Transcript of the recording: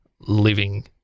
living